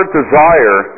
desire